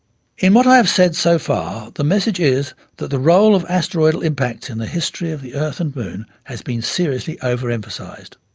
in what i have said so far, the message is that the role of asteroidal impacts in the history of the earth and moon has been seriously over-emphasised.